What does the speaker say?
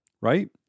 right